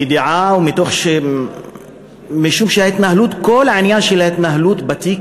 ידיעה ומשום שכל העניין של ההתנהלות בתיק